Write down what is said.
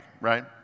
right